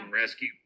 rescue